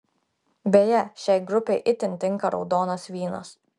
beje šiai grupei itin tinka raudonas vynas